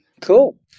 Cool